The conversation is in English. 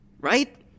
Right